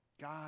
God